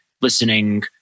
listening